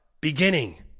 Beginning